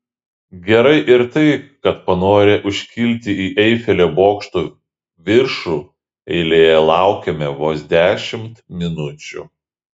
gerai ir tai kad panorę užkilti į eifelio bokšto viršų eilėje laukėme vos dešimt minučių